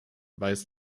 weiß